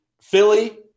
Philly